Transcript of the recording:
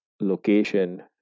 location